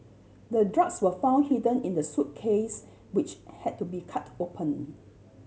the drugs were found hidden in the suitcase which had to be cut open